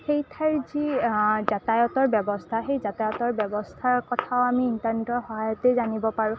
সেই ঠাইৰ যি যাতায়তৰ ব্যৱস্থা সেই যাতায়তৰ ব্যৱস্থাৰ কথাও আমি ইণ্টাৰনেটৰ সহায়তেই জানিব পাৰোঁ